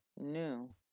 new